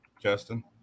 Justin